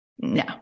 no